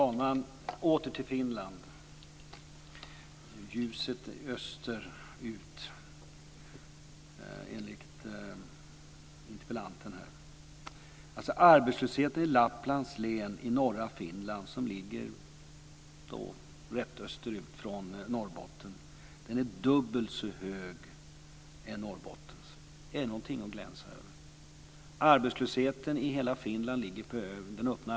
Fru talman! Åter till Finland, ljuset österut, enligt interpellanten. Arbetslösheten i Lapplands län i norra Finland, som ligger rätt österut från Norrbotten, är dubbelt så hög som den i Norrbotten. Är det någonting att glänsa över? Den öppna arbetslösheten i hela Finland ligger på 10 %.